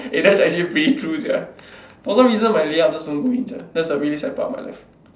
eh that's actually pretty true sia for some reason my layout just don't go in sia that's the really sad part of my life